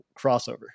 crossover